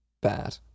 bad